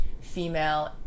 female